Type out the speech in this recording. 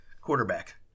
quarterback